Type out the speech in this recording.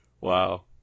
Wow